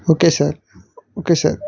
okay sir okay sir